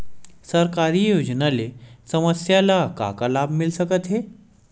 सरकारी योजना ले समस्या ल का का लाभ मिल सकते?